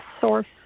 source